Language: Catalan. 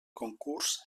concurs